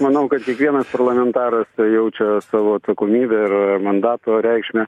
manau kad kiekvienas parlamentaras jaučia savo atsakomybę ir mandato reikšmę